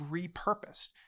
repurposed